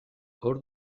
hor